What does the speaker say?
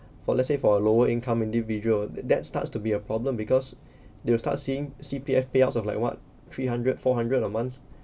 for let's say for a lower income individual that starts to be a problem because they will start seeing C_P_F payouts of like what three hundred four hundred a month